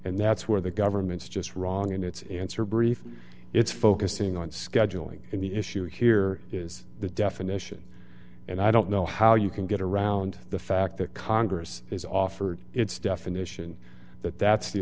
and that's where the government's just wrong and it's an answer brief it's focusing on scheduling and the issue here is the definition and i don't know how you can get around the fact that congress has offered its definition that that's the